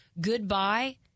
goodbye